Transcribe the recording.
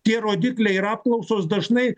tie rodikliai ir apklausos dažnai